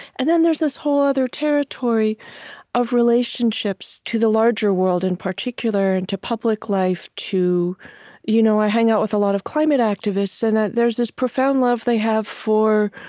and then there's this whole other territory of relationships to the larger world in particular, and to public life, to you know i hang out with a lot of climate activists, and there's this profound love they have for